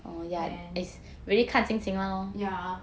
yeah